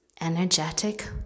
energetic